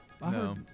No